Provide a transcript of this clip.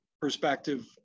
perspective